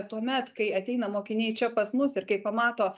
tuomet kai ateina mokiniai čia pas mus ir kai pamato